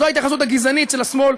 זו ההתייחסות הגזענית של השמאל,